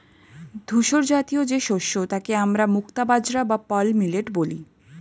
ধূসরজাতীয় যে শস্য তাকে আমরা মুক্তা বাজরা বা পার্ল মিলেট বলি